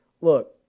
Look